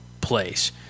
place